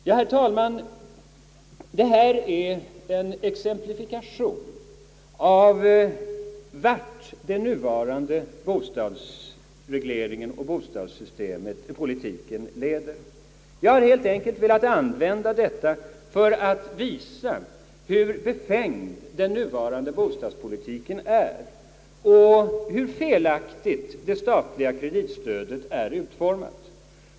Ja, herr talman, detta är en exemplifikation på vart den nuvarande bostadsregleringen och bostadspolitiken leder. Jag har helt enkelt velat använda det för att visa hur befängd den nuvarande bostadspolitiken är och hur felaktigt det statliga kreditstödet har utformats.